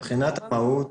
מבחינת מהות,